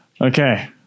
okay